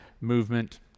Movement